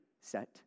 set